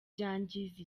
byangiza